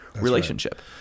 relationship